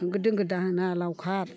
होंगो दोंगो दाहोना लावखार